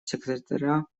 секретаря